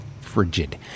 frigid